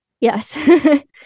Yes